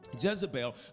Jezebel